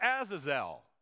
Azazel